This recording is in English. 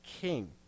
King